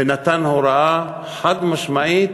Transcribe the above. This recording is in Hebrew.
ונתן הוראה חד-משמעית